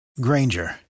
Granger